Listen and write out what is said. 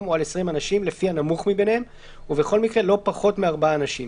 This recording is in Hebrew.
או על 20 אנשים לפי הנמוך מביניהם ובכל מקרה לא פחות מארבעה אנשים.